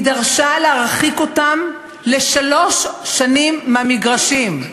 היא דרשה להרחיק אותם לשלוש שנים מהמגרשים.